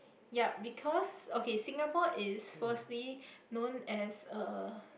ya because okay Singapore is firstly known as a